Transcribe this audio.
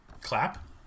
Clap